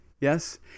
yes